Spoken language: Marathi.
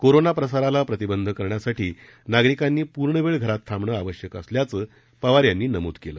कोरोना प्रसाराला प्रतिबंध करण्यासाठी नागरिकांनी पूर्णवेळ घरात थांबणं आवश्यक असल्याचं पवार यांनी नमूद केलं